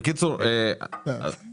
אז תעשה ברביעי.